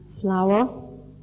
flour